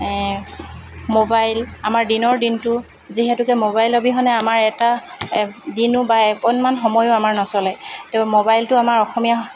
mobile আমাৰ দিনৰ দিনটো যিহেতুকে মোবাইল অবিহনে আমাৰ এটা দিনো বা অকণমান সময়ো আমাৰ নচলে ত' মোবাইলটো আমাৰ অসমীয়া